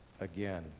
again